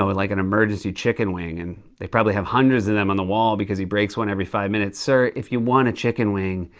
like an emergency chicken wing. and they probably have hundreds of them on the wall because he breaks one every five minutes. sir, if you want a chicken wing,